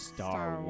Star